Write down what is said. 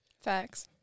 Facts